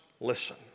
listen